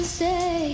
say